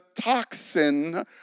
toxin